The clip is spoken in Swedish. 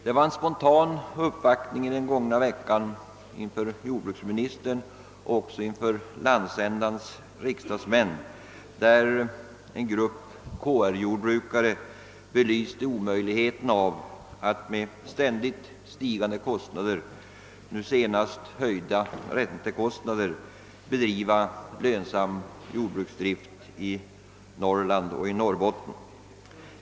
Under den gångna veckan gjordes en spontan uppvaktning inför jordbruksministern liksom inför landsändans riksdagsmän, varvid en grupp KR-jord brukare belyste omöjligheten av att med ständigt stigande kostnader — nu senast höjda räntekostnader — bedriva lönsam jordbruksdrift i Norrland, speciellt i Norrbotten.